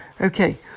Okay